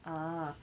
ah